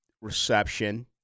reception